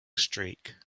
streak